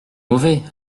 mauvais